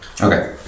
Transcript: Okay